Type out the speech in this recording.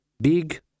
Big